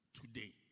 today